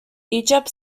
egypt